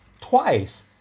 Twice